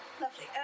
Lovely